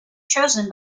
chosen